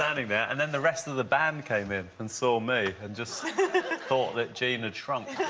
standing there and then the rest of the band came in and saw me and just thought that gene had shrunk.